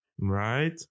Right